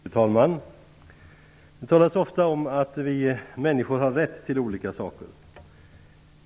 Fru talman! Det talas ofta om att vi människor har rätt till olika saker.